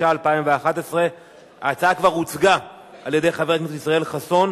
התשע"א 2011. ההצעה כבר הוצגה על-ידי חבר הכנסת חסון.